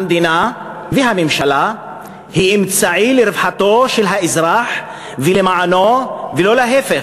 המדינה והממשלה הן אמצעי לרווחתו של האזרח ולמענו ולא להפך.